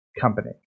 Company